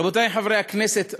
רבותי חברי הכנסת,